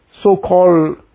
so-called